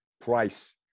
price